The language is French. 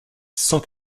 cent